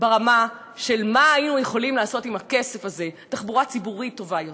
ברמה של מה היינו יכולים לעשות בכסף הזה: תחבורה ציבורית טובה יותר,